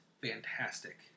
fantastic